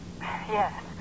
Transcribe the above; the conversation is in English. Yes